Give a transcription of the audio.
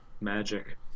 Magic